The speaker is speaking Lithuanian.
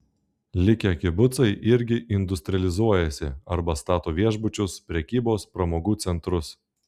likę kibucai irgi industrializuojasi arba stato viešbučius prekybos pramogų centrus